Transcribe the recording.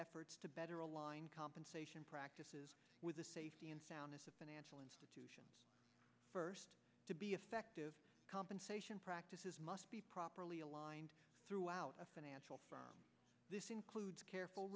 efforts to better align compensation practices with the safety and soundness of financial institutions first to be effective compensation practices must be properly aligned throughout a financial this includes careful